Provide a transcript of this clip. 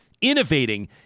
innovating